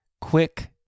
quick